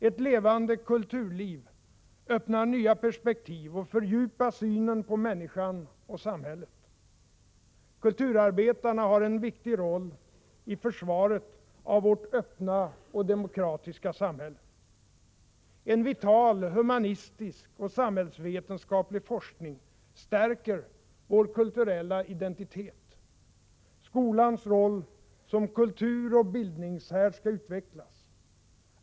Ett levande kulturliv öppnar nya perspektiv och fördjupar synen på människan och samhället. Kulturarbetarna har en viktig roll i försvaret av vårt öppna och demokratiska samhälle. En vital humanistisk och samhällsvetenskaplig forskning stärker vår kulturella identitet. Skolans roll som kulturoch bildningshärd skall utvecklas.